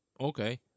Okay